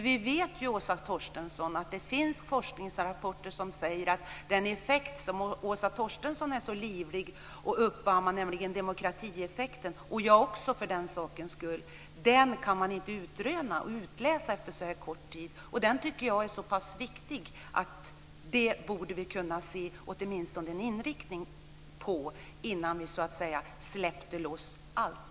Vi vet ju, Åsa Torstensson, att det finns forskningsrapporter som säger att den effekt som Åsa Torstensson är så livlig att uppamma, nämligen demokratieffekten - och jag också för den delen - kan man inte utröna och utläsa efter så här kort tid, och den tycker jag är så pass viktig att vi åtminstone borde kunna se en inriktning på den innan vi så att säga släppte loss allt.